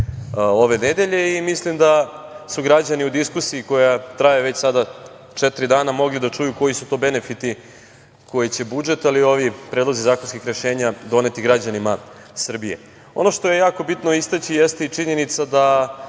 ove nedelje. Mislim da su građani u diskusiji koja traje, već sada četiri dana mogli da čuju koji su to benefiti koje će budžet, ali i ovi predlozi zakonskih rešenja doneti građanima Srbije. Ono što je jako bitno istaći jeste i činjenica da